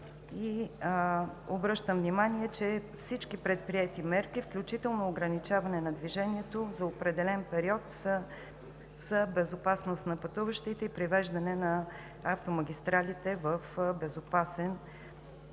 Обръщам внимание, че всички предприети мерки, включително ограничаване на движението за определен период, са за безопасност на пътуващите и привеждане на автомагистралите в безопасен вид